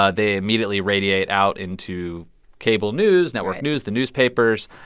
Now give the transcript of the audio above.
ah they immediately radiate out into cable news, network news, the newspapers.